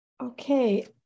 Okay